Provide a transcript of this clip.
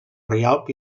rialp